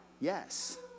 yes